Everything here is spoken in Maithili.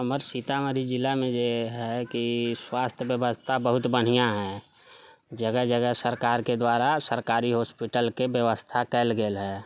हमर सीतामढ़ी जिलामे जेहै कि स्वास्थ्य व्यवस्था बहुत बढ़िऑं है जगह जगह सरकारके दुआरा सरकारी हॉस्पिटलके व्यवस्था कयल गेल है